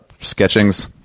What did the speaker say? sketchings